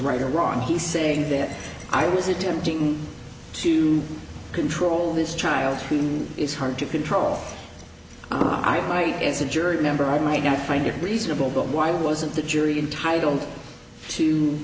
right or wrong he's saying that i was attempting to could troll this child who is hard to control i might is a jury member i might go find it reasonable but why wasn't the jury entitle to